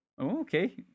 Okay